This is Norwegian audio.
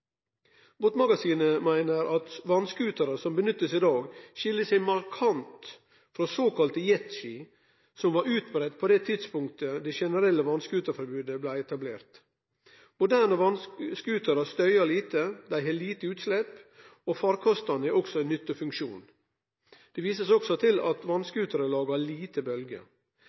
Båtmagasinet meiner at vass-scooterar som nyttast i dag, skil seg markant frå såkalla jetski, som var utbreitt på det tidspunktet det generelle vass-scooterforbodet blei etablert. Moderne vass-scooterar støyer lite, dei har lite utslepp, og farkostane har òg ein nyttefunksjon. Det blir òg vist til at vass-scooterar lagar lite